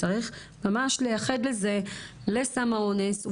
צריך ממש לייחד לסם האונס,